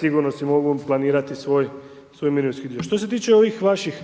sigurno si mogu planirati svoj mirovinski dio. Što se tiče ovih vaših